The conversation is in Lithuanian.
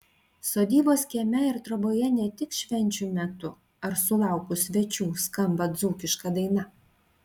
sodybos kieme ir troboje ne tik švenčių metu ar sulaukus svečių skamba dzūkiška daina